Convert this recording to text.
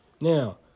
Now